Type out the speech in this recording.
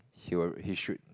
he'll he should